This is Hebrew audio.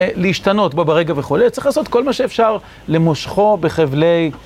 להשתנות בו ברגע וכולי, צריך לעשות כל מה שאפשר למושכו בחבלי.